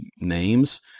names